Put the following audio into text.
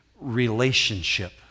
relationship